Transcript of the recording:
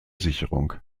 sicherung